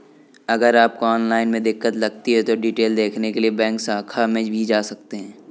अगर आपको ऑनलाइन में दिक्कत लगती है तो डिटेल देखने के लिए बैंक शाखा में भी जा सकते हैं